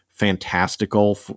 fantastical